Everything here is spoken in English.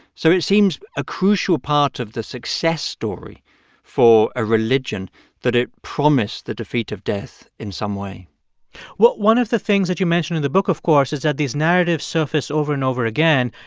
so it seems a crucial part of the success story for a religion that it promises the defeat of death in some way well, one of the things that you mentioned in the book, of course, is that these narratives surface over and over again.